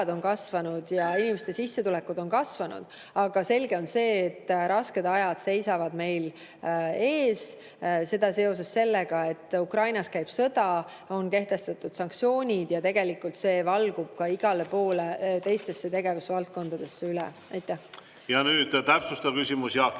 Nüüd täpsustav küsimus. Jaak